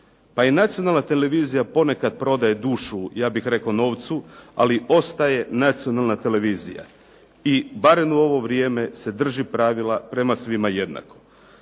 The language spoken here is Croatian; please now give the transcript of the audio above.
Pa i nacionalna televizija ponekad prodaje dušu ja bih rekao novcu, ali ostaje nacionalna televizija. I barem u ovo vrijeme se drži pravila prema svima jednako.